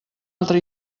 altra